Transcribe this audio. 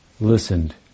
listened